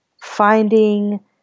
finding